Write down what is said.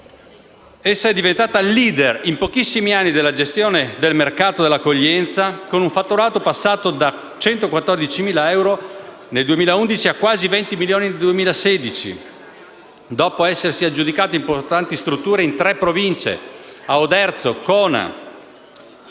Essa è diventata *leader*, in pochissimi anni, nella gestione del mercato dell'accoglienza, con un fatturato passato da 114.000 euro nel 2011 a quasi 20 milioni di euro nel 2016, dopo esserci aggiudicata importanti strutture in tre Province: Oderzo, Cona